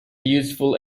useful